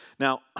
Now